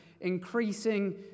increasing